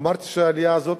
אמרתי שהעלייה הזאת,